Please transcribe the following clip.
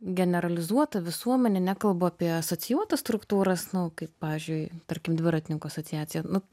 generalizuota visuomenė nekalbu apie asocijuotas struktūras nu kaip pavyzdžiui tarkim dviratininkų asociacija nu